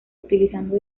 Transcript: utilizando